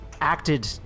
acted